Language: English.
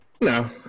No